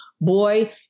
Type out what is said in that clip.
boy